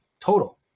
total